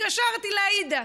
התקשרתי לעאידה,